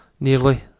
nearly